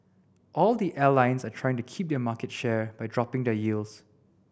all the airlines are trying to keep their market share by dropping their yields